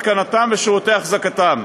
התקנתם ושירותי אחזקתם).